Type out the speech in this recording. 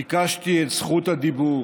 ביקשתי את זכות הדיבור